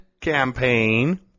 campaign